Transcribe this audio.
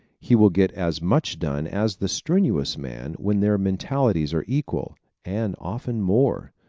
he will get as much done as the strenuous man when their mentalities are equal and often more.